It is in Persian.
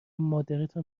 مادرتان